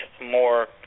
more